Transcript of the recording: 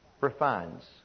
refines